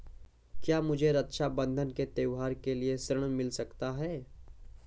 क्या मुझे रक्षाबंधन के त्योहार के लिए ऋण मिल सकता है?